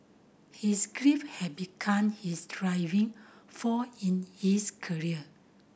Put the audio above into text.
his grief had become his driving force in his career